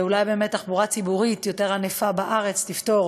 אולי באמת תחבורה ציבורית יותר ענפה בארץ תפתור